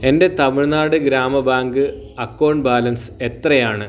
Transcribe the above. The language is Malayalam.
എൻ്റെ Tamil Nadu Grama bank account balance എത്രയാണ്